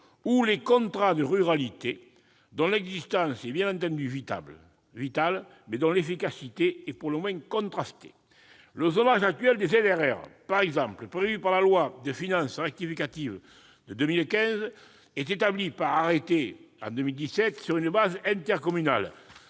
ou les contrats de ruralité, dont l'existence est évidemment vitale, mais dont l'efficacité est pour le moins contrastée. Par exemple, le zonage actuel des ZRR, prévu par la loi de finances rectificative pour 2015 et établi par arrêté en 2017 sur une base intercommunale,